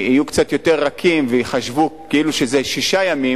יהיו קצת יותר רכים וייחשבו כאילו הם שישה ימים,